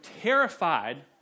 terrified